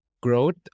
growth